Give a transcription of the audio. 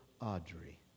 Audrey